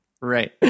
Right